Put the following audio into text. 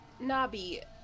Nabi